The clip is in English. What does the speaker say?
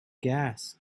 gas